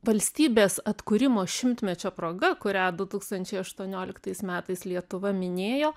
valstybės atkūrimo šimtmečio proga kurią du tūkstančiai aštuonioliktais metais lietuva minėjo